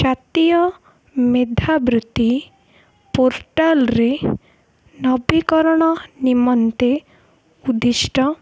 ଜାତୀୟ ମେଧାବୃତ୍ତି ପୋର୍ଟାଲ୍ରେ ନବୀକରଣ ନିମନ୍ତେ ଉଦ୍ଦିଷ୍ଟ